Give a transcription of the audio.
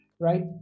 right